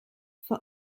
for